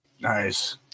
Nice